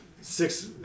six